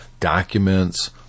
Documents